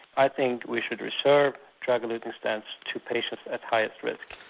i think we should reserve drug-eluting stents to patients at highest risk.